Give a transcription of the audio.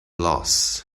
loss